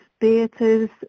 theatres